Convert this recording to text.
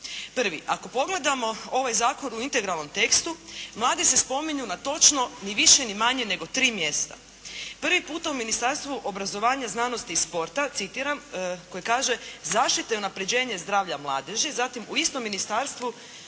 Prvi. Ako pogledamo ovaj Zakon u integralnom tekstu mladi se spominju na točno, ni više ni manje nego tri mjesta. Prvi puta u Ministarstvu obrazovanja, znanosti i sporta, citiram, koji kaže: "Zaštita i unapređenje zdravlja mladeži.", zatim u istom ministarstvu